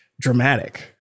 dramatic